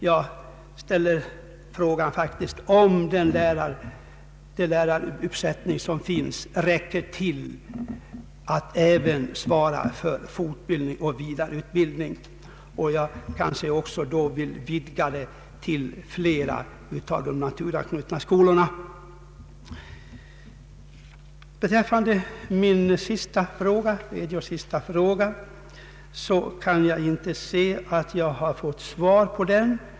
Jag ifrågasätter faktiskt om den läraruppsättning som finns räcker till att även svara för fortbildning och vidareutbildning. Jag kanske också kan vidga denna frågeställning till att gälla fler av de naturanknutna skolorna. Beträffande min tredje och sista fråga så kan jag inte finna att jag fått något svar på den.